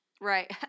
right